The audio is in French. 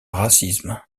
racisme